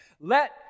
Let